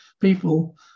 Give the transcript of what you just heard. people